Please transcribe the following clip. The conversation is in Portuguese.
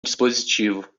dispositivo